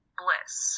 bliss